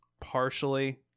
partially